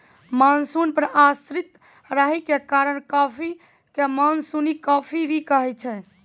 monsoon पर आश्रित रहै के कारण कॉफी कॅ मानसूनी कॉफी भी कहै छै